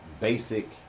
basic